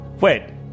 Wait